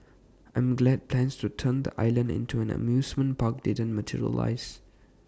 I'm glad plans to turn the island into an amusement park didn't materialise